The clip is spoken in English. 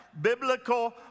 biblical